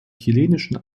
chilenischen